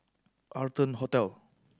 Arton Hotel